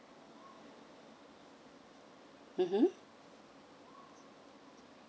mmhmm